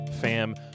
fam